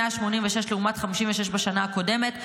186 לעומת 56 בשנה הקודמת.